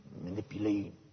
manipulate